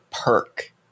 perk